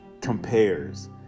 compares